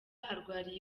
arwariye